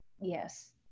Yes